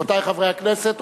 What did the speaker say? רבותי חברי הכנסת,